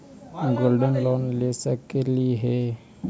Gold loan कैसे ले सकली हे?